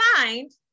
mind